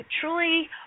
truly